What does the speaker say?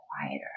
quieter